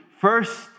first